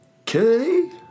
Okay